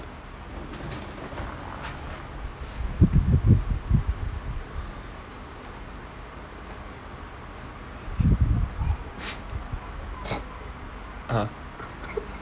ah